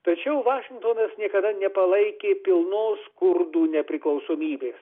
tačiau vašingtonas niekada nepalaikė pilnos kurdų nepriklausomybės